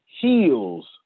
heals